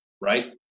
right